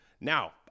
Now